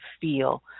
feel